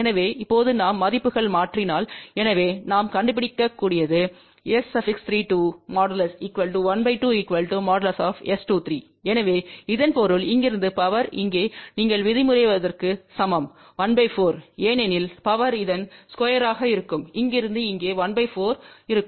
எனவே இப்போது நாம் மதிப்புகள் மாற்றினால் எனவே நாம் கண்டுபிடிக்கக்கூடியது | S32| ½ | S23|எனவே இதன் பொருள் இங்கிருந்து பவர் இங்கே நீங்கள் விதிமுறைவதற்கு சமம் ¼ ஏனெனில் பவர் இதன் ஸ்கொயர்மாக இருக்கும் இங்கிருந்து இங்கே 1 4இருக்கும்